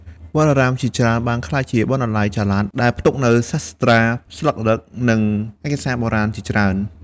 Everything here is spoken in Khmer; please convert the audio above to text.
វត្តអារាមជាច្រើនបានក្លាយជាបណ្ណាល័យចល័ត ដែលផ្ទុកនូវសាត្រាស្លឹករឹត និងឯកសារបុរាណជាច្រើន។